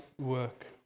work